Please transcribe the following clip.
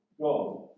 God